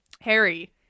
Harry